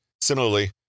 Similarly